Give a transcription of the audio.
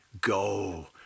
go